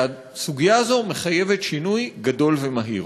והסוגיה הזו מחייבת שינוי גדול ומהיר.